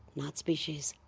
not species,